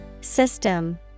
System